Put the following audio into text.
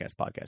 podcast